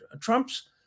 Trump's